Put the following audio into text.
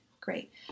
great